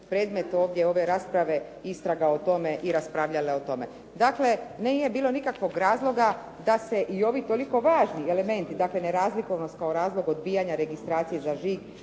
predmet ovdje ove rasprave istraga o tome i rasprave o tome. Dakle, nije bilo nikakvog razloga da se i ovi toliko važni elementi, dakle nerazlikovnost kao razlog odbijanja registracije za žig